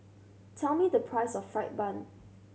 tell me the price of fried bun